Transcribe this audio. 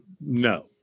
no